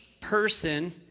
person